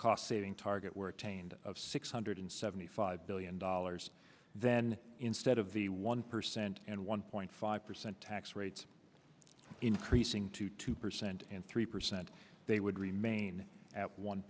cost saving target were attained of six hundred seventy five billion dollars then instead of the one percent and one point five percent tax rates increasing to two percent and three percent they would remain at one